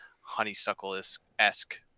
honeysuckle-esque